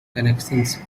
connections